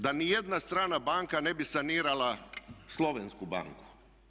Da nijedna strana banka ne bi sanirala slovensku banku.